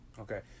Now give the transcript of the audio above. Okay